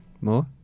More